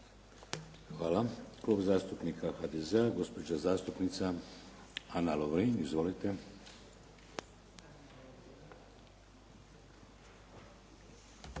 Hvala. Klub zastupnika HDZ-a, gospođa zastupnica Ana Lovrin. Izvolite.